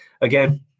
again